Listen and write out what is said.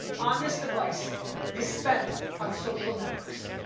on this device is spent on social networks?